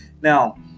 Now